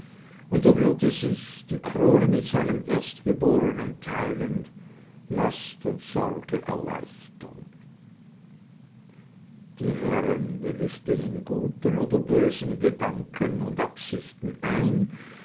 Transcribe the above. und er würde sich die krone mit seinem erstgebornen teilend last und sorge erleichtern die herren willigten in guten oder bösen gedanken und absichten ein